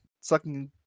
sucking